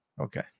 Okay